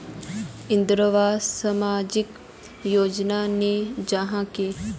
इंदरावास सामाजिक योजना नी जाहा की?